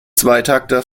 zweitakter